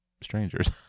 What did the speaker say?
strangers